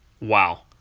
wow